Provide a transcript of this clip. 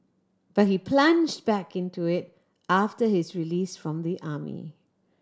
but he plunge back into it after his release from the army